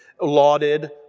lauded